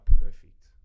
perfect